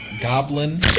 Goblin